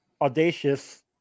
audacious